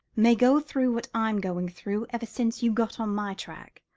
may go through what i'm going through ever since you got on my track.